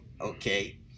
Okay